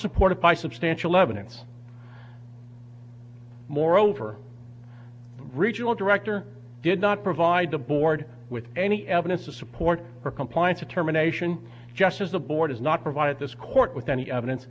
supported by substantial evidence moreover regional director did not provide the board with any evidence to support or compliance determination just as the board has not provided this court with any evidence